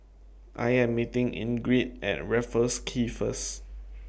I Am meeting Ingrid At Raffles Quay First